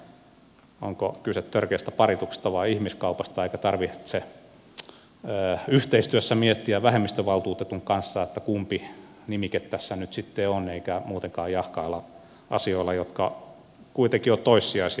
eli ei tarvitse jahkailla onko kyse törkeästä parituksesta vai ihmiskaupasta eikä tarvitse yhteistyössä miettiä vähemmistövaltuutetun kanssa kumpi nimike tässä nyt sitten on eikä muutenkaan jahkailla asioilla jotka kuitenkin ovat toissijaisia